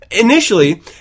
initially